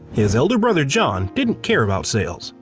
his elder brother john didn't care about sales.